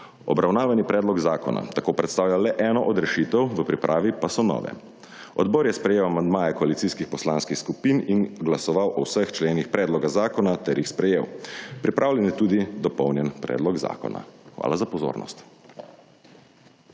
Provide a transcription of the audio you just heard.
Obravnavani predlog zakona tako predstavlja le eno od rešitev, v pripravi pa so nove. Odbor je sprejel amandmaje koalicijskih poslanskih skupin in glasoval o vseh členih predloga zakona ter jih sprejel. Pripravljen je tudi dopolnjen predlog zakona. Hvala za pozornost.